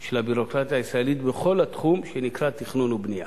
של הביורוקרטיה הישראלית בכל התחום שנקרא תכנון ובנייה.